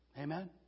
Amen